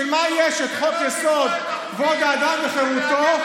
בשביל מה יש חוק-יסוד: כבוד האדם וחירותו,